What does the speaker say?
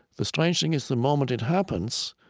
the strange thing is, the moment it happens,